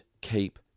keep